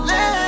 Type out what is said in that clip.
Let